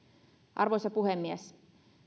arvoisa puhemies